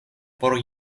por